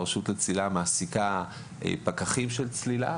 הרשות לצלילה מעסיקה פקחים של צלילה,